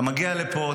אתה מגיע לפה,